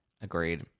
Agreed